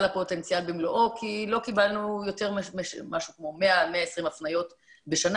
הפוטנציאל במלואו כי לא קיבלנו יותר מאשר 100-120 הפניות בשנה,